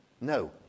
No